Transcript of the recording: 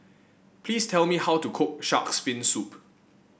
please tell me how to cook shark's fin soup